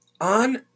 On